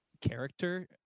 character